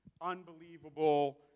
unbelievable